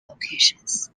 locations